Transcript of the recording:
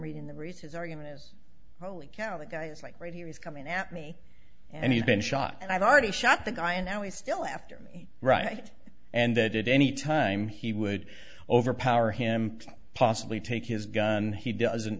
reading the reeses argument is holy cow the guy is like right here he's coming at me and he's been shot and i've already shot the guy and now he's still after me right and that any time he would overpower him possibly take his gun he doesn't